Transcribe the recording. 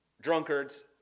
drunkards